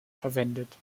verwendet